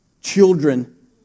children